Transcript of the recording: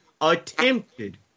attempted